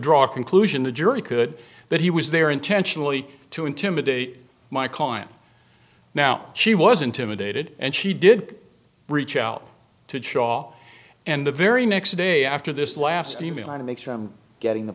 draw a conclusion the jury could that he was there intentionally to intimidate my client now she was intimidated and she did reach out to chaw and the very next day after this last e mail and make sure i'm getting the